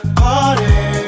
party